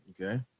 Okay